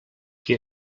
qui